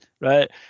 right